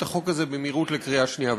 החוק הזה במהירות לקריאה שנייה ושלישית.